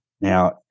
Now